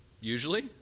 Usually